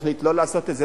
תחליט לא לעשות את זה,